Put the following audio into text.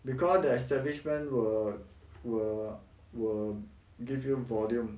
because the establishment will will will give you volume